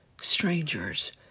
strangers